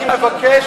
אני מבקש,